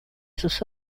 sus